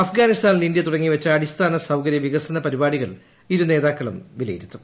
അഫ്ഗാനിസ്ഥാനിൽ ഇന്ത്യ തുടങ്ങിവച്ച അടിസ്ഥാന സൌകര്യ വിക്സന് പരിപാടികൾ ഇരു നേതാക്കളും വിലയിരുത്തും